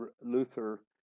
Luther